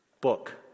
book